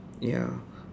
ya